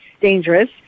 dangerous